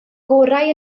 gorau